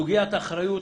לקחת את סוגיית האחריות.